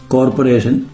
Corporation